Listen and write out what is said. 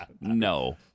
No